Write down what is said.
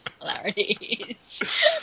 similarities